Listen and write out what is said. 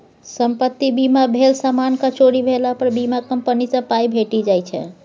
संपत्ति बीमा भेल समानक चोरी भेला पर बीमा कंपनी सँ पाइ भेटि जाइ छै